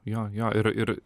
jo jo ir ir